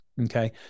Okay